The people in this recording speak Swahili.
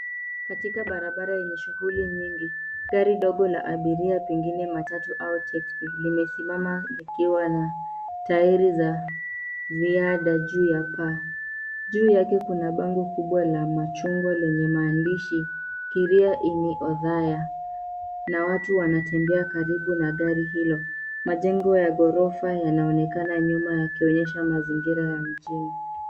Katika barabara yenye shughuli nyingi. Gari dogo la abiria pengine matatu au teksi, limesimama likiwa na tairi za ziada juu ya paa. Juu yake kuna bango kubwa la machungwa lenye maandishi Kiria- ini Othaya na watu wanatembea karibu na gari hilo. Majengo ya ghorofa yanaonekana nyuma yakionyesha mazingira ya mjini.